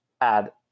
add